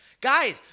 Guys